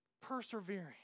persevering